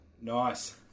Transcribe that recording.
Nice